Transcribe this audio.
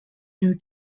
new